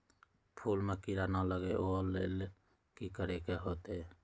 फूल में किरा ना लगे ओ लेल कि करे के होतई?